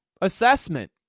assessment